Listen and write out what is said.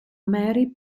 mary